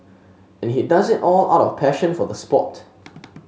and he does it all out of passion for the sport